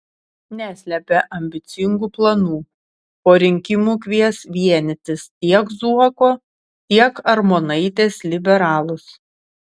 neslepia ambicingų planų po rinkimų kvies vienytis tiek zuoko tiek armonaitės liberalus